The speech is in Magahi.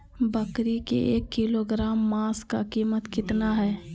बकरी के एक किलोग्राम मांस का कीमत कितना है?